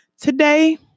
Today